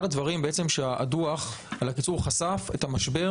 אחד הדברים שהדוח חשף על הקיצור הוא את המשבר